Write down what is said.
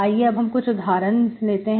आइए अब हम कुछ उदाहरण लेते हैं